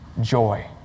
joy